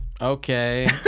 Okay